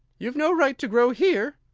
you've no right to grow here,